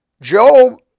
Job